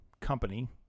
company